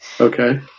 Okay